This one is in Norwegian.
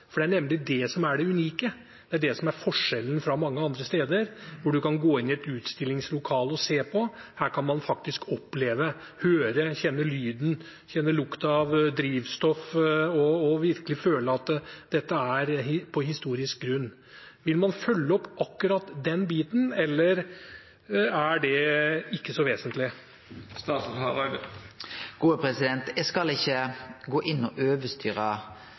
Det er nemlig det som er det unike, det er det som er forskjellen fra mange andre steder, hvor man kan gå inn i et utstillingslokale og se på. Her kan man faktisk oppleve, høre lyden, kjenne lukten av drivstoff og virkelig føle at man er på historisk grunn. Vil man følge opp akkurat den biten, eller er ikke det så vesentlig? Eg skal ikkje gå inn og overstyre